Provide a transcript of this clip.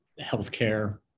healthcare